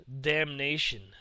Damnation